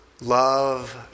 Love